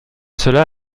cela